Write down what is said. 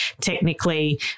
technically